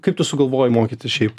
kaip tu sugalvojai mokyti šiaip